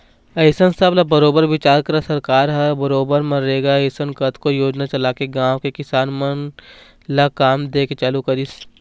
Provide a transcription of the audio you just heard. अइसन सब ल बरोबर बिचार करत सरकार ह बरोबर मनरेगा असन कतको योजना चलाके गाँव के किसान मन ल काम दे के चालू करिस